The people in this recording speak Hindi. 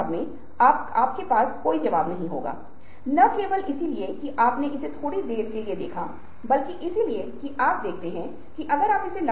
अगर लोगों को अब नींद की जरूरत नहीं है तो परिणाम क्या होंगे